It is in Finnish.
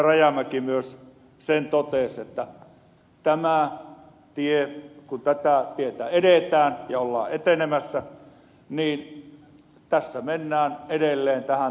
rajamäki myös sen totesi että kun tätä tietä edetään ja ollaan etenemässä tässä mennään edelleen tasaveron suuntaan